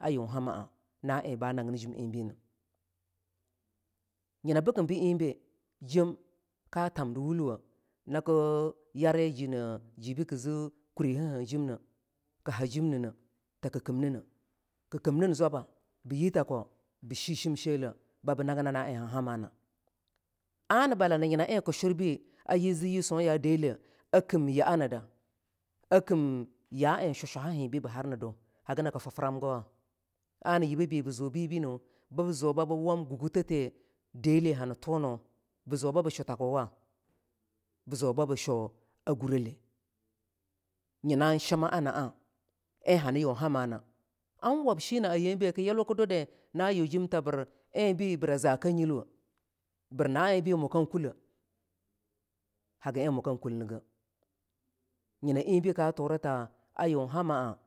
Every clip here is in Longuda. a yun hama a na en ba nagin jim enbine nyina bikim bii enbe jem ka tamdi wulwoh naki yari jino jibe ki zino kurihejimne ka hajimne takii kimnine kii kiminin zwaba biyi tako bi shi shim shile babi nagina na en han hamana ana balana nyina en ki shurbi a yi zi yisuya deleh a kim ya a nida a kim ya en shushwa ha henbe bi har nidi hagi naki fi fram guwa? ana yibe bi bi zu bibe nii buzu babu wan gagutti deleh hani tunu bi zu babe shu a takuwci? bizu babe shu a gurule nyina shima a naa en hani yun hamnaa an web shina yambe ki yulwu kii due di na yu jim tabir en bii bir a zakakuleh hagi en mukan kulinigeh ny na en baka turi ta a yun hamgana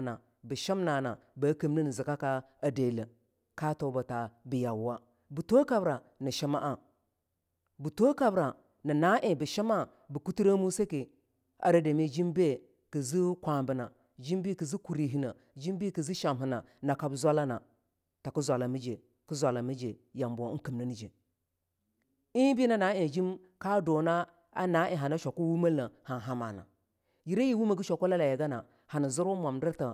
na bi shimnana ba kimnin zikaka deleh ka tubita biya uwa be than kabra nii shimaa bi thoh kabra nana en bi shima bi kutteremu sake ara dami jimbi kizi kwabina jimbi kizi kurehineh jimbi kii zii shamhina nakabzwalena ta kii zwalami je kii zwalami jeyambo en kimninje en be na naan jem ka duna a ne en hana shwaku wumelneh han hamana yire yi wumegi shwakulalayi ganahani zirwu momdirta